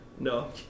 No